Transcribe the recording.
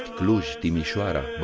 cluj, timisoara,